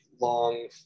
long